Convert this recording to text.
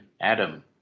Adam